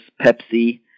Pepsi